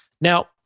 Now